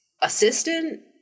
assistant